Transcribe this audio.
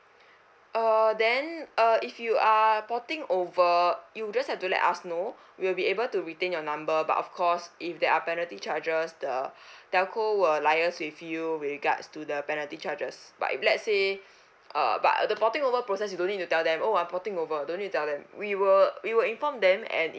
err then uh if you are porting over you just have to let us know we'll be able to retain your number but of course if there are penalty charges the telco will liaise with you with regards to the penalty charges but if let's say uh but the porting over process you don't need to tell them oh I'm porting over don't need tell them we will uh we will inform them and